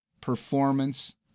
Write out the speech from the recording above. performance